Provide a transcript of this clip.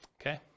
okay